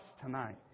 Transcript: tonight